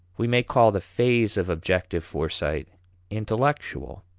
we may call the phase of objective foresight intellectual,